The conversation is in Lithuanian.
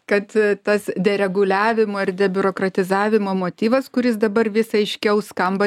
kad tas dereguliavimo ir debiurokratizavimo motyvas kuris dabar vis aiškiau skamba